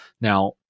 Now